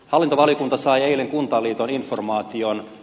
hallintovaliokunta sai eilen kuntaliiton informaation